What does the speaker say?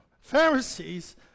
Pharisees